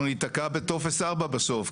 אנחנו נתקע בטופס 4 בסוף,